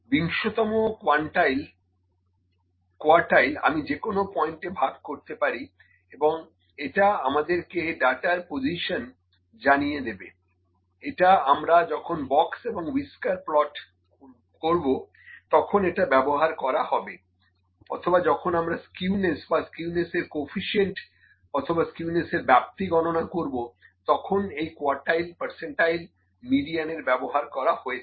বিংশতম quartile আমি যে কোনো পয়েন্টে ভাগ করতে পারি এবং এটা আমাদেরকে ডাটার পজিশন জানিয়ে দেবে এটা আমরা যখন বক্সএবং হুইসকার প্লট করবো তখন এটা ব্যবহার করা হবে অথবা যখন আমরা স্কিউনেস বা স্কিউনেস এর কোইফিশিয়েন্ট কো এফিশিয়েন্ট অথবা স্কিউনেস এর ব্যাপ্তি গণনা করবো তখন এই কোয়ার্টাইল পার্সেন্টাইল মিডিয়ান এর ব্যবহার করা হয়ে থাকে